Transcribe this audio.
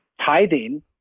tithing